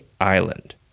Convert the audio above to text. island